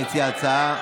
מציע ההצעה.